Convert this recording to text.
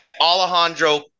Alejandro